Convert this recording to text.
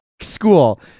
school